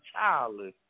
childless